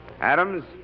Adams